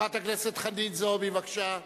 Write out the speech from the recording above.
חברת הכנסת חנין זועבי, בבקשה.